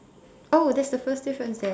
oh that's the first difference then